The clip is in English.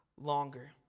longer